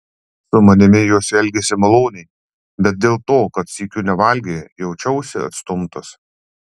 su manimi jos elgėsi maloniai bet dėl to kad sykiu nevalgė jaučiausi atstumtas